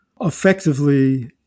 effectively